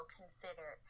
consider